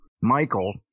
Michael